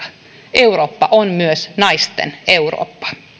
eurooppa on myös naisten eurooppa